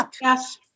Yes